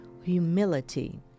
humility